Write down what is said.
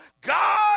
God